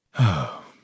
Oh